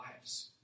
lives